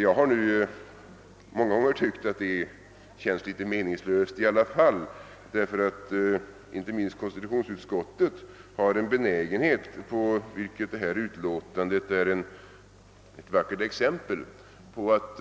Jag har många gånger tyckt att det ändå känns litet meningslöst, därför att inte minst konstitutionsutskottet har en benägenhet -— vilket detta utlåtande är ett vackert exempel på att